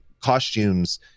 costumes